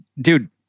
Dude